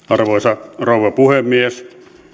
arvoisa rouva puhemies